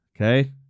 okay